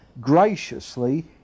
graciously